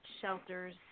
shelters